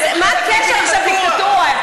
מה הקשר עכשיו לדיקטטורה?